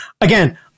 again